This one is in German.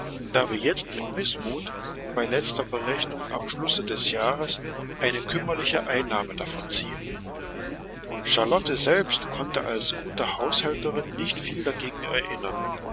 da wir jetzt mit mißmut bei letzter berechnung am schlusse des jahrs eine kümmerliche einnahme davon ziehen charlotte selbst konnte als gute haushälterin nicht viel dagegen erinnern